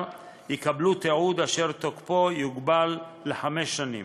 יקבלו תיעוד אשר תוקפו יוגבל לחמש שנים.